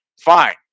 fine